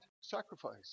sacrifice